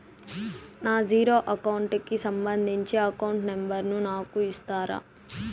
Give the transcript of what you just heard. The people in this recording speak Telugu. నా జీరో అకౌంట్ కి సంబంధించి అకౌంట్ నెంబర్ ను నాకు ఇస్తారా